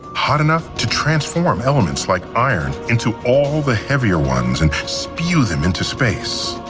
hot enough to transform elements like iron into all the heavier ones, and spew them into space.